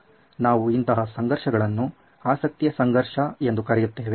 ನಾವು ಇಂತಹ ಸಂಘರ್ಷಗಳನ್ನು ಆಸಕ್ತಿಯ ಸಂಘರ್ಷ ಎಂದು ಕರೆಯುತ್ತೇವೆ